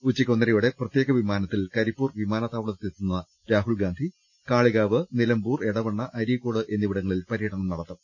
ഉച്ചക്ക് ഒന്നരയോടെ പ്രത്യേക വിമാനത്തിൽ കരിപ്പൂർ വിമാനത്താവളത്തിലെത്തുന്ന രാഹുൽ ഗാന്ധി കാളികാവ് നിലമ്പൂർ എടവണ്ണ അരീക്കോട് എന്നിവിടങ്ങളിൽ പ്ര്യടനം നടത്തും